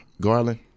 Garland